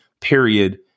period